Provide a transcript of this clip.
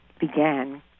began